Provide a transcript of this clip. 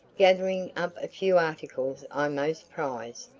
gathering up a few articles i most prized,